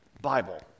Bible